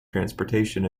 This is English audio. transportation